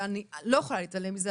ואני לא יכולה להתעלם מזה.